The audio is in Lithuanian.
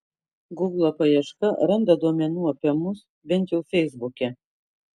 guglo paieška randa duomenų apie mus bent jau feisbuke